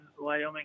Wyoming